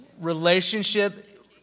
Relationship